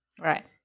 right